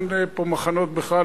אין פה מחנות בכלל.